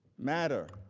matter.